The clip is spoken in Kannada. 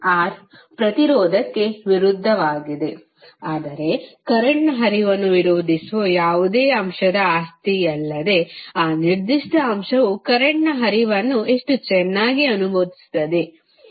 R ಪ್ರತಿರೋಧಕ್ಕೆ ವಿರುದ್ಧವಾಗಿದೆ ಆದರೆ ಕರೆಂಟ್ ನ ಹರಿವನ್ನು ವಿರೋಧಿಸುವ ಯಾವುದೇ ಅಂಶದ ಆಸ್ತಿಯಲ್ಲದೆ ಆ ನಿರ್ದಿಷ್ಟ ಅಂಶವು ಕರೆಂಟ್ನ ಹರಿವನ್ನು ಎಷ್ಟು ಚೆನ್ನಾಗಿ ಅನುಮತಿಸುತ್ತದೆ ಎಂದು ನಡವಳಿಕೆ ಹೇಳುತ್ತದೆ